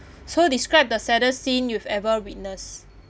so describe the saddest scene you've ever witness